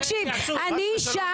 אני אישה,